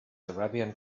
arabian